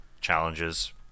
challenges